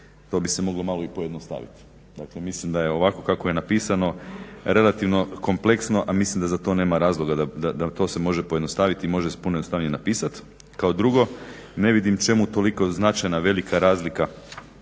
to bi se moglo malo i pojednostaviti, dakle mislim da je ovako kako je napisano relativno kompleksno, a mislim da za to nema razloga da se to može pojednostaviti i može se puno jednostavnije napisati. Kao drugo, ne vidim čemu toliko značajna velika razlika